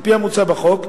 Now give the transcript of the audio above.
על-פי המוצע בחוק,